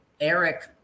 Eric